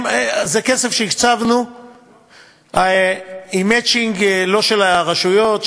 זה כסף שהקצבנו עם מצ'ינג לא של הרשויות,